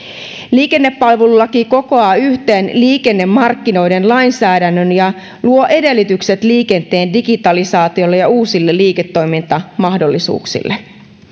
liikennepalvelulaki kokoaa yhteen liikennemarkkinoiden lainsäädännön ja luo edellytykset liikenteen digitalisaatiolle ja uusille liiketoimintamahdollisuuksille